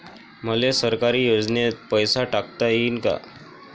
मले सरकारी योजतेन पैसा टाकता येईन काय?